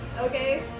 Okay